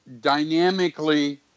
dynamically